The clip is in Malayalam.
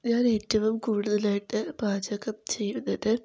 ഞാൻ ഏറ്റവും കൂടുതലായിട്ട് പാചകം ചെയ്യുന്നത്